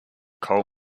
coal